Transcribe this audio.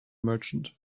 merchant